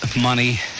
money